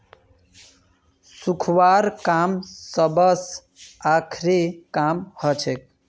सुखव्वार काम सबस आखरी काम हछेक